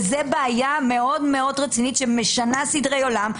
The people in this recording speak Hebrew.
וזו בעיה מאוד מאוד רצינית שמשנה סדרי עולם,